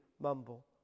mumble